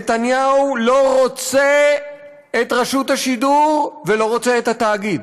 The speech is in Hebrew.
נתניהו לא רוצה את רשות השידור ולא רוצה את התאגיד.